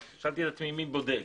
שאלתי את עצמי, מי בודק?